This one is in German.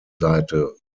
seite